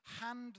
hand